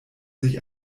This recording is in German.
sich